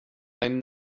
einen